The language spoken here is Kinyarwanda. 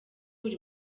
buri